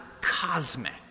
cosmic